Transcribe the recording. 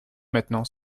maintenant